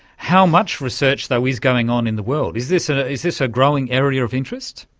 how much research though is going on in the world? is this and is this a growing area of interest?